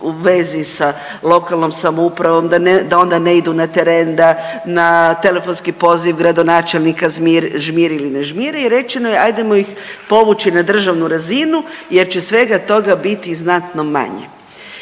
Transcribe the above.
u vezi sa lokalnom samoupravom, da onda ne idu na teren, da na telefonski poziv gradonačelnika žmiri ili ne žmiri i rečeno je ajdemo ih povući na državnu razinu jer će svega toga biti znatno manje.